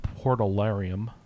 Portalarium